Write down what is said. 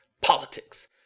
Politics